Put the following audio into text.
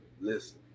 listen